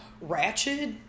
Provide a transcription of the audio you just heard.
Ratchet